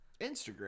Instagram